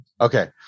Okay